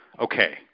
okay